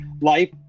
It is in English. life